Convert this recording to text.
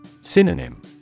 Synonym